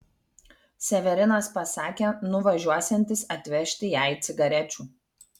severinas pasakė nuvažiuosiantis atvežti jai cigarečių